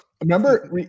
remember